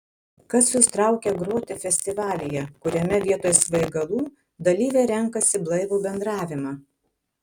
kas jus traukia groti festivalyje kuriame vietoj svaigalų dalyviai renkasi blaivų bendravimą